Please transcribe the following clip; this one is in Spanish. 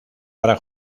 para